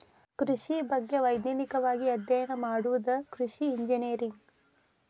ಕೃಷಿ ಬಗ್ಗೆ ವೈಜ್ಞಾನಿಕವಾಗಿ ಅಧ್ಯಯನ ಮಾಡುದ ಕೃಷಿ ಇಂಜಿನಿಯರಿಂಗ್